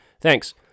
Thanks